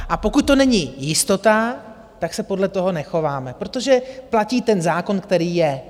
A pokud to není jistota, tak se podle toho nechováme, protože platí ten zákon, který je.